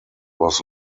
was